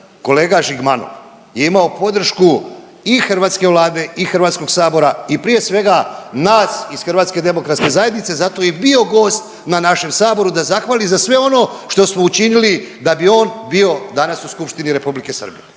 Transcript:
Kolega Žigmanov je imao podršku i hrvatske vlade i HS i prije svega nas iz HDZ-a, zato je i bio gost na našem saboru da zahvali za sve ono što smo učinili da bi on bio danas u skupštini Republike Srbije.